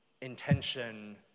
intention